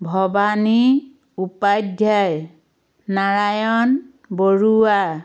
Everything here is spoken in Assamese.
ভৱানী উপাধ্যায় নাৰায়ন বৰুৱা